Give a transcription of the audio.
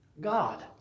God